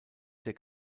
der